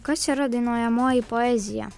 kas yra dainuojamoji poezija